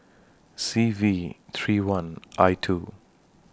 C V three one I two